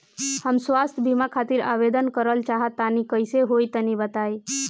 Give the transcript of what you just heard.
हम स्वास्थ बीमा खातिर आवेदन करल चाह तानि कइसे होई तनि बताईं?